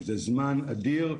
שזה זמן אדיר.